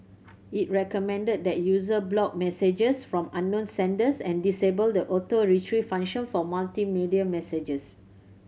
it recommended that user block messages from unknown senders and disable the Auto Retrieve function for multimedia messages